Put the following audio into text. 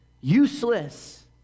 useless